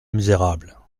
misérable